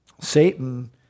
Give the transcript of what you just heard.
Satan